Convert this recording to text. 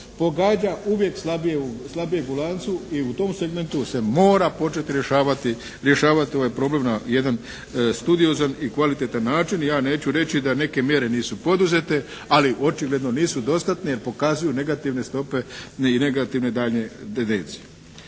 pogađa uvijek slabijeg u lancu i u tom segmentu se mora početi rješavati ovaj problem na jedan studiozan i kvalitetan način i ja neću reći da neke mjere nisu poduzete, ali očigledno nisu dostatne jer pokazuju negativne stope i negativne daljnje